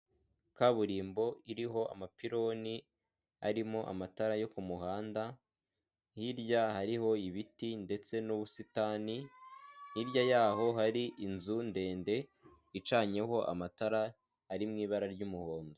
Kaburimbo iriho amapironi arimo amatara yo ku muhanda, hirya hariho ibiti ndetse n'ubusitani, hirya yaho hari inzu ndende icanyeho amatara ari mu ibara ry'umuhondo.